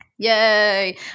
Yay